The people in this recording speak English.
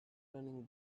turning